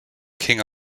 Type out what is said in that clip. king